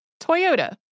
Toyota